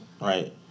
right